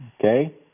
Okay